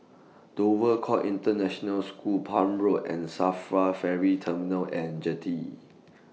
Dover Court International School Palm Road and SAFRA Ferry Terminal and Jetty